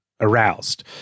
aroused